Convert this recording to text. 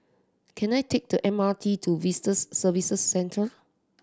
can I take the M R T to Visitors Services Centre